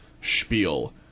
spiel